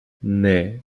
mais